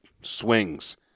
swings